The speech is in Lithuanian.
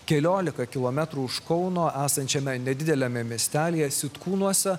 keliolika kilometrų už kauno esančiame nedideliame miestelyje sitkūnuose